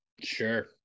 sure